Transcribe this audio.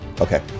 okay